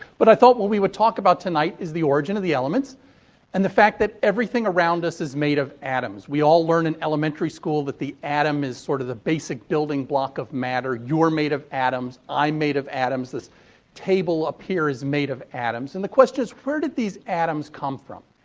but, i thought what we would talk about tonight is the origin of the elements and the fact that everything around us is made of atoms. we all learn in elementary school that the atom is sort of the basic building block of matter. you're made of atoms. i'm made of atoms. this table up here is made of atoms. and the question is where did these atoms come from?